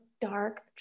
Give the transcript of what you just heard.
dark